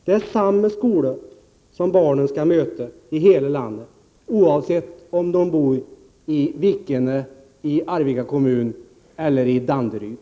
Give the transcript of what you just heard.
Det är samma skola som barnen skall möta i hela landet, oavsett om de bor i Vikene i Arvika kommun eller i Danderyd.